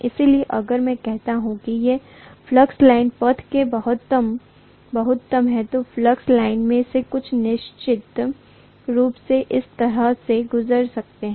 इसलिए अगर मैं कहता हूं कि ये फ्लक्स लाइन पथ के बहुमत हैं तो फ्लक्स लाइनों में से कुछ निश्चित रूप से इस तरह से गुजर सकते हैं